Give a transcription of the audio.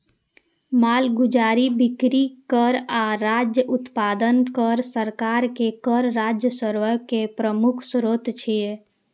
मालगुजारी, बिक्री कर आ राज्य उत्पादन कर सरकार के कर राजस्व के प्रमुख स्रोत छियै